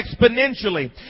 exponentially